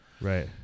right